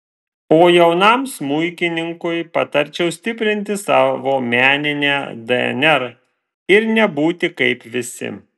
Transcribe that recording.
o jaunam smuikininkui patarčiau stiprinti savo meninę dnr ir nebūti kaip visi